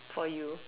for you